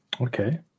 Okay